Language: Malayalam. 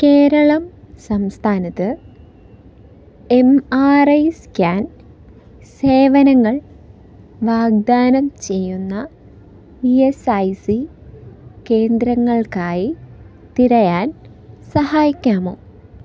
കേരളം സംസ്ഥാനത്ത് എം ആർ ഐ സ്കാൻ സേവനങ്ങൾ വാഗ്ദാനം ചെയ്യുന്ന ഇ എസ് ഐ സി കേന്ദ്രങ്ങൾക്കായി തിരയാൻ സഹായിക്കാമോ